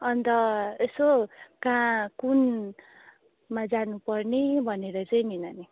अन्त यसो कहाँ कुनमा जानुपर्ने भनेर चाहिँ नि नानी